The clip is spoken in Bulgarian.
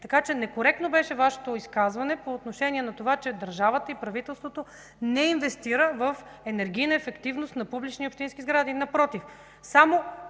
Некоректно беше Вашето изказване по отношение на това, че държавата и правителството не инвестират в енергийна ефективност на публични и общински сгради.